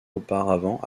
auparavant